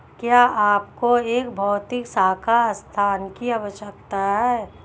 क्या आपको एक भौतिक शाखा स्थान की आवश्यकता है?